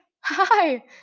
hi